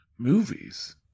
movies